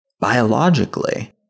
Biologically